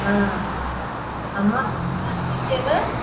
हाँ आओर मालदा गाछ लगेबै